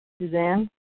Suzanne